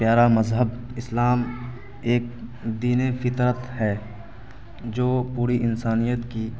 پیارا مذہب اسلام ایک دین فطرت ہے جو پوری انسانیت کی